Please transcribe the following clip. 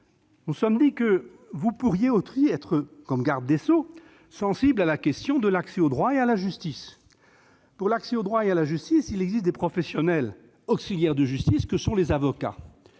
Nous avons pensé que vous pourriez, en tant que garde des sceaux, être sensible à la question de l'accès au droit et à la justice. Pour l'accès au droit et à la justice, il existe des professionnels, auxiliaires de justice, qui sont les avocats.